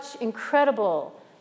incredible